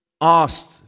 asked